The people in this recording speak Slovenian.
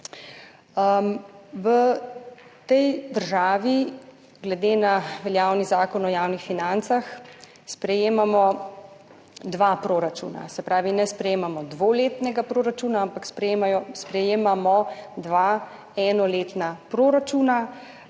V tej državi glede na veljavni Zakon o javnih financah sprejemamo dva proračuna. Se pravi, ne sprejemamo dvoletnega proračuna, ampak sprejemamo dva enoletna proračuna